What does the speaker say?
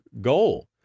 goal